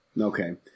Okay